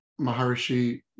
Maharishi